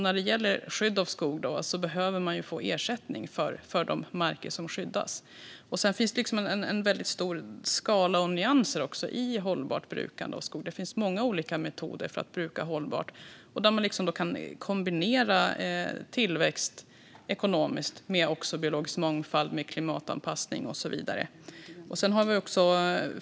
När det gäller skydd av skog behöver man få ersättning för de marker som skyddas. Sedan finns det en stor skala och nyanser i hållbart brukande av skog. Det finns många olika metoder för att bruka hållbart där man kan kombinera ekonomisk tillväxt med biologisk mångfald, klimatanpassning och så vidare.